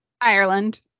Ireland